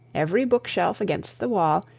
every bookshelf against the wall,